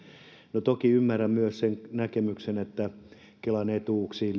no toki ymmärrän myös sen näkemyksen että se on kelan etuuksiin